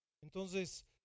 Entonces